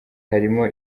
harimo